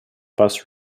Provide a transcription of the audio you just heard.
bus